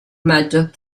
machos